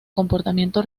comportamiento